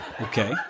okay